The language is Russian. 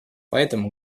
поэтому